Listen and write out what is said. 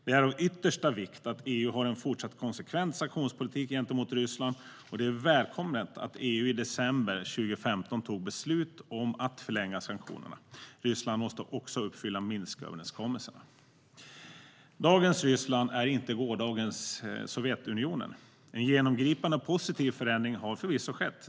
Det är av yttersta vikt att EU har en fortsatt konsekvent sanktionspolitik gentemot Ryssland, och det är välkommet att EU i december 2015 tog beslut om att förlänga sanktionerna. Ryssland måste också uppfylla Minsköverenskommelserna. Dagens Ryssland är inte gårdagens Sovjetunionen. En genomgripande och positiv förändring har förvisso skett.